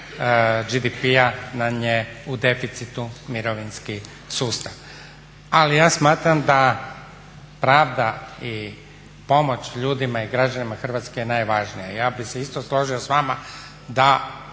BDP-a nam je u deficitu mirovinski sustav. Ali ja smatram da pravda i pomoć ljudima i građanima Hrvatske je najvažnija. Ja bi se isto složio s vama da